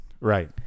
Right